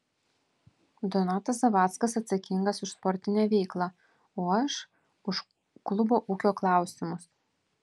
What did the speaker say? donatas zavackas atsakingas už sportinę veiklą o aš už klubo ūkio klausimus